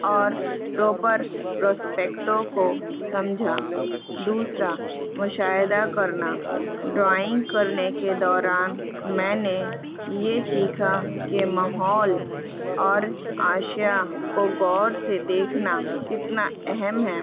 اور پراپر پروسپیکٹوں کو سمجھا دوسرا مشاہدہ کرنا ڈرائنگ کرنے کے دوران میں نے یہ سیکھا کہ ماحول اور عشا کو غور سے دیکھنا کتنا اہم ہے